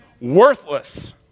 worthless